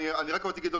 בסופו של דבר,